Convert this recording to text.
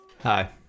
Hi